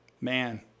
Man